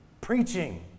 preaching